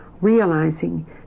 realizing